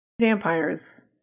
vampires